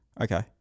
Okay